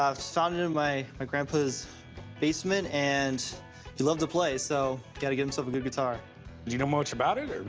sort of um my ah grandpa's basement. and he loved to play, so got to give himself a good guitar. do you know much about it,